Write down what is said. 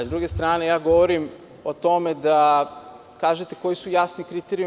S druge strane, ja govorim o tome da kažete koji su jasni kriterijumi.